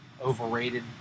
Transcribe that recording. overrated